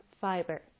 fiber